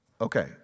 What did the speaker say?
Okay